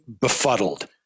befuddled